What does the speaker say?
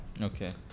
okay